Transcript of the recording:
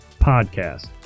podcast